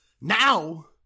Now